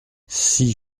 six